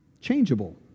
changeable